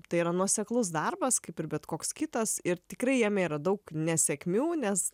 tai yra nuoseklus darbas kaip ir bet koks kitas ir tikrai jame yra daug nesėkmių nes